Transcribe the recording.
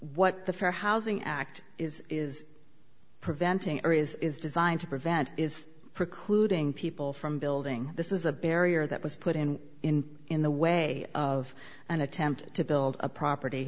what the fair housing act is is preventing or is designed to prevent is precluding people from building this is a barrier that was put in in in the way of an attempt to build a property